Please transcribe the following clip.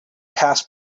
passed